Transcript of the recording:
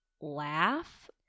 laugh